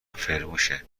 فرموشه